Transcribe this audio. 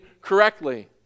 correctly